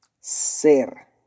Ser